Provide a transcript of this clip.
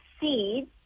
seeds